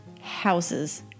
houses